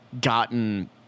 gotten